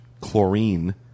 chlorine